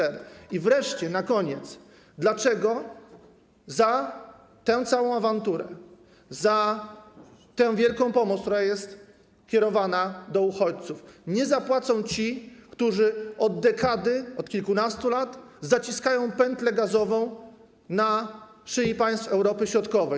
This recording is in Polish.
I wreszcie, na koniec: Dlaczego za tę całą awanturę, za tę wielką pomoc, która jest kierowana do uchodźców, nie zapłacą ci, którzy od dekady, od kilkunastu lat zaciskają pętlę gazową na szyi państw Europy Środkowej?